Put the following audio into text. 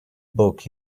book